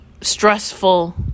stressful